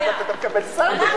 אנחנו צריכים להוריד אותם,